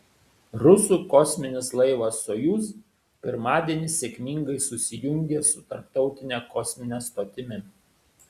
rusų kosminis laivas sojuz pirmadienį sėkmingai susijungė su tarptautine kosmine stotimi